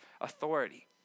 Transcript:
authority